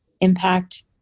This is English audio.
impact